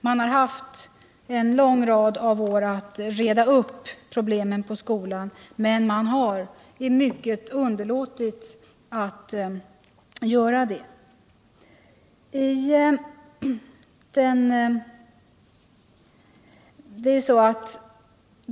Man har haft en lång rad av år på sig för att utreda problemen i skolan, men man har i mycket underlåtit att göra det.